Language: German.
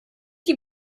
die